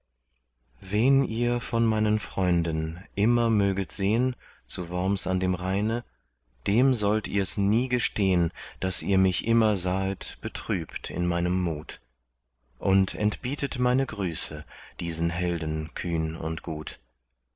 wen ihr von meinen freunden immer möget sehn zu worms an dem rheine dem sollt ihrs nie gestehn daß ihr mich immer sahet betrübt in meinem mut und entbietet meine grüße diesen helden kühn und gut